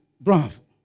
Bravo